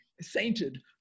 sainted